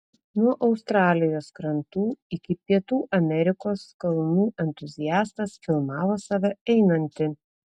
nuo australijos krantų iki pietų amerikos kalnų entuziastas filmavo save einantį